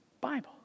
Bible